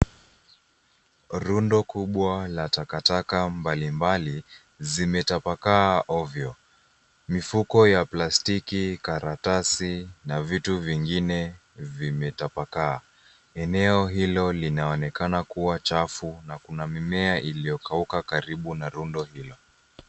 Rundo kubwa la takataka mbali mbali, zimetapakaa ovyo. Mifuko ya plastiki, karatasi na vitu vingine vimetapakaa. Eneo hilo linaonekana kuwa chafu na kuna mimea iliyokauka karibu na rundo hilo.